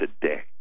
today